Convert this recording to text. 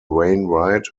wainwright